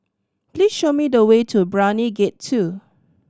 please show me the way to Brani Gate Two